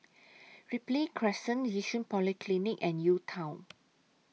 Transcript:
Ripley Crescent Yishun Polyclinic and U Town